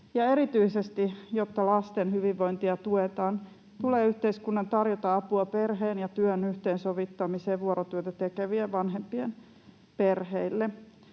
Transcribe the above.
erityisesti jotta lasten hyvinvointia tuetaan, tulee yhteiskunnan tarjota apua perheen ja työn yhteensovittamiseen vuorotyötä tekevien vanhempien perheille.